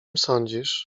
sądzisz